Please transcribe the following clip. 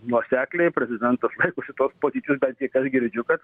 nuosekliai prezidentas šitos pozicijos bent kiek aš girdžiu kad